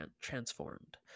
transformed